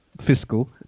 fiscal